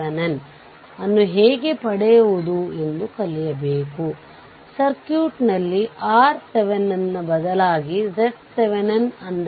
ನೀವು ಅದನ್ನು ವಿದ್ಯುತ್ ಮೂಲಕ್ಕೆ ಪರಿವರ್ತಿಸಲು ಬಯಸಿದರೆ ನಂತರ ನೋಡುವ